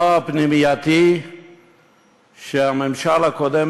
נוער פנימייתי שהממשל הקודם,